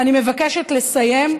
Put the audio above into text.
ואני מבקשת לסיים.